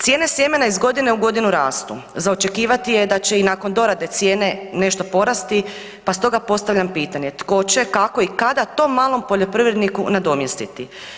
Cijene sjemena iz godine u godinu rastu, za očekivati je da će i nakon dorade cijene nešto porasti, pa stoga postavljam pitanje tko će, kako i kada to malom poljoprivredniku nadomjestiti?